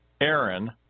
Aaron